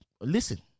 Listen